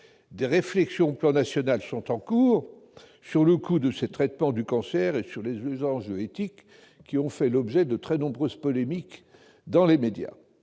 Des réflexions sont en cours à l'échelle nationale sur le coût de ces traitements du cancer et sur les enjeux éthiques, qui ont fait l'objet de très nombreuses polémiques dans les médias.